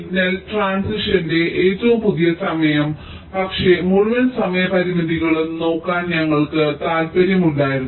signal ട്രാന്സിഷന്റെ ഏറ്റവും പുതിയ സമയം പക്ഷേ മുഴുവൻ സമയ പരിമിതികളും നോക്കാൻ ഞങ്ങൾക്ക് താൽപ്പര്യമുണ്ടായിരുന്നു